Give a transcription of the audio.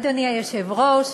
אדוני היושב-ראש,